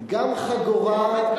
גם חגורה, מה אתה לומד מזה?